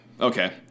Okay